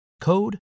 code